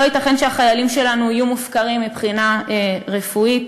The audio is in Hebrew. לא ייתכן שהחיילים שלנו יהיו מופקרים מבחינה רפואית.